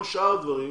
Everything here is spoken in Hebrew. כל שאר הדברים,